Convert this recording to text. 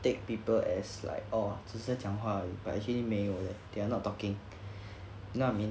take people as like oh 只是讲话而已 but actually 没有 they are not talking you know what I mean